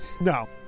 No